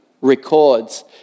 records